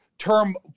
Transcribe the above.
term